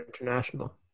International